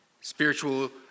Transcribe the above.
Spiritual